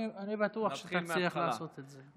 אני בטוח שתצליח לעשות את זה.